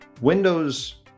Windows